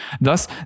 Thus